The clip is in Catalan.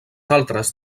altres